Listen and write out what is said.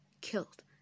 killed